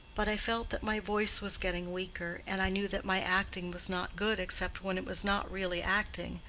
but i felt that my voice was getting weaker, and i knew that my acting was not good except when it was not really acting,